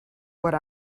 what